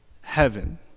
heaven